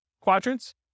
quadrants